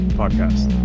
podcast